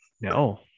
No